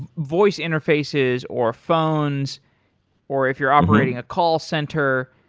voice interfaces or phones or if you're operating a call center,